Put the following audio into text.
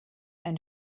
ein